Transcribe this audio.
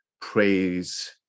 praise